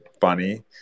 funny